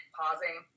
pausing